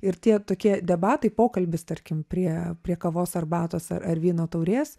ir tie tokie debatai pokalbis tarkim prie prie kavos arbatos ar ar vyno taurės